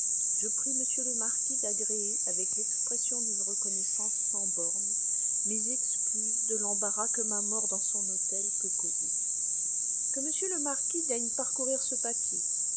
je prie monsieur le marquis d'agréer avec l'expression d'une reconnaissance sans bornes mes excuses de l'embarras que ma mort dans son hôtel peut causer que monsieur le marquis daigne parcourir ce papier